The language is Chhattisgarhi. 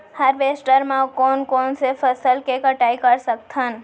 हारवेस्टर म कोन कोन से फसल के कटाई कर सकथन?